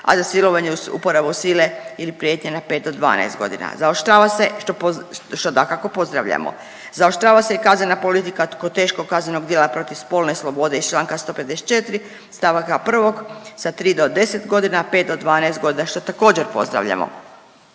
a za silovanja uz uporabu sile ili prijetnje na 5 do 12 godina. Zaoštrava se, što dakako pozdravljamo, zaoštrava se i kaznena politika kod teškog kaznenog djela protiv spolne slobode iz Članka 154. stavaka 1. sa 3 do 10 godina 5 do 12 godina što također pozdravljamo.